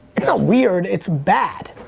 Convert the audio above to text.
it's not weird, it's bad.